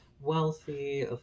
wealthy